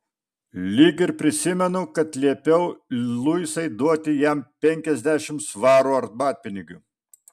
lyg ir prisimenu kad liepiau luisai duoti jam penkiasdešimt svarų arbatpinigių